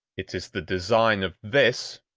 it is the design of this,